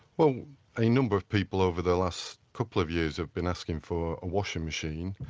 well a number of people over the last couple of years have been asking for a washing machine.